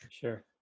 Sure